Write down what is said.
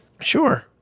sure